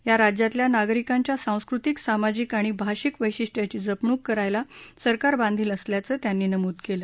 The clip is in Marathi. या राज्यातल्या नागरिकांच्या सांस्कृतिक सामाजिक आणि भाषिक वश्रिष्ट्यांची जपणूक करायला सरकार बांधील असल्याचं त्यांनी नमूद केलं